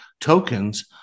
tokens